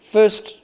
First